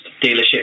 dealership